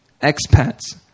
expats